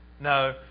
No